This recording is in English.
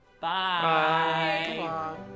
Bye